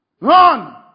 run